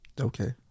Okay